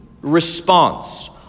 response